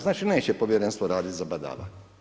Znači neće povjerenstvo raditi za badava?